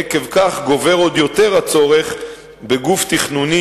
עקב כך גובר עוד יותר הצורך בגוף תכנוני